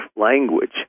language